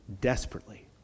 desperately